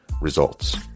results